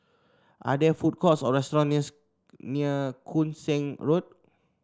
are there food courts or restaurant near near Koon Seng Road